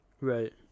right